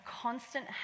constant